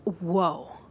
Whoa